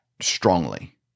strongly